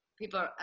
people